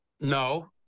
no